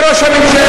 שמעתם את ראש הממשלה,